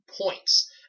points